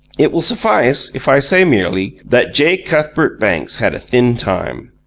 it will suffice if i say merely that j. cuthbert banks had a thin time.